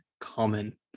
common